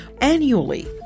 annually